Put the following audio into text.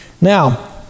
Now